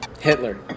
Hitler